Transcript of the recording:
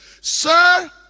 sir